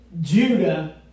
Judah